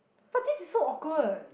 but this is so awkward